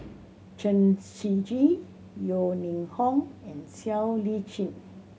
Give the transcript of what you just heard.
Chen Shiji Yeo Ning Hong and Siow Lee Chin